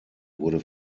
wurde